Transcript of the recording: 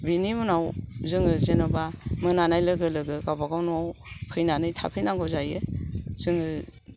बिनि उनाव जोङो जेन'बा मोनानाय लोगो लोगो गावबागाव न'वाव फैनानै थाफैनांगौ जायो जोङो